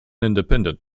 independent